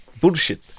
Bullshit